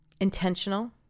intentional